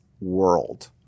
world